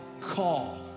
call